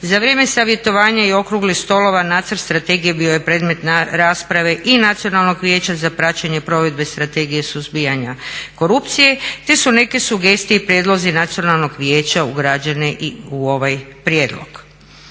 Za vrijeme savjetovanja i okruglih stolova nacrt strategije bio je predmet rasprave i Nacionalnog vijeća za praćenje provedbe Strategije suzbijanja korupcije te su neke sugestije i prijedlozi Nacionalnog vijeća ugrađeni i u ovaj prijedlog.